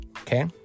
Okay